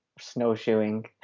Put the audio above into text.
snowshoeing